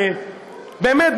באמת,